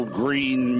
green